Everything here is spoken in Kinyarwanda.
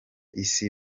isi